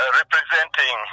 representing